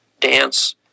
Dance